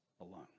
alone